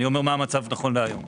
אני אומר מהו המצב נכון להיום.